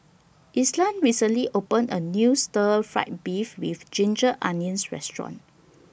Ishaan recently opened A New Stir Fried Beef with Ginger Onions Restaurant